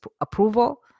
approval